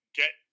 get